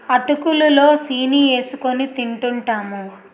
అటుకులు లో సీని ఏసుకొని తింటూంటాము